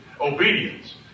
Obedience